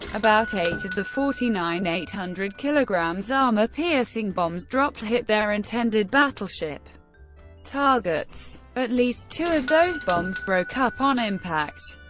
about eight of the forty-nine eight hundred kg armor-piercing bombs dropped hit their intended battleship targets. at least two of those bombs broke up on impact,